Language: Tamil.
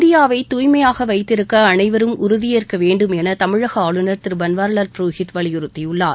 இந்தியாவை தூய்மையாக வைத்திருக்க அனைவரும் உறுதியேற்க வேண்டும் எள தமிழக ஆளுநர் திரு பன்வாரிலால் புரோஹித் வலியுறுத்தியுள்ளார்